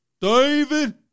David